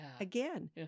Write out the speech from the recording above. again